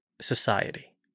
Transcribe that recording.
society